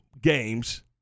games